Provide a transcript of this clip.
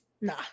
nah